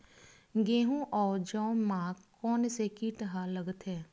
गेहूं अउ जौ मा कोन से कीट हा लगथे?